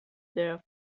there